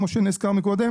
כמו שנזכר מקודם,